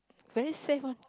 very safe one